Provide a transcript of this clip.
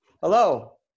Hello